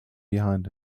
behind